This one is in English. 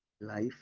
life